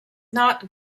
not